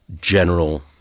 general